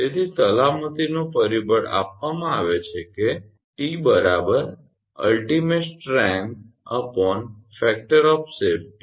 તેથી સલામતીનો પરિબળ આપવામાં આવે છે કે 𝑇 𝑢𝑙𝑡𝑖𝑚𝑎𝑡𝑒 𝑠𝑡𝑟𝑒𝑛𝑔𝑡ℎ 𝑓𝑎𝑐𝑡𝑜𝑟 𝑜𝑓 𝑠𝑎𝑓𝑒𝑡𝑦